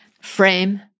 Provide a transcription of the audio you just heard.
frame